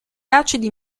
acidi